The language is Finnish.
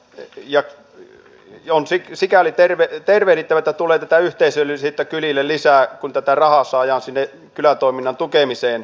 ja nyt on sikäli tervehdittävä että tulee tätä yhteisöllisyyttä kylille lisää kun tätä rahaa saadaan sinne kylätoiminnan tukemiseen